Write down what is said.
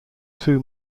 two